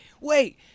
wait